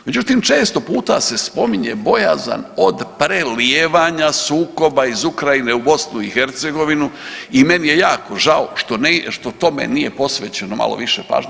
Međutim, često puta se spominje bojazan od prelijevanja sukoba iz Ukrajine u BiH i meni je jako žao što tome nije posvećeno malo više pažnje.